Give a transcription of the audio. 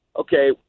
okay